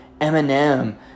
Eminem